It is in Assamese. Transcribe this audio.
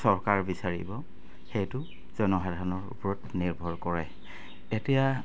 চৰকাৰ বিচাৰিব সেইটো জনসাধাৰণৰ ওপৰত নিৰ্ভৰ কৰে এতিয়া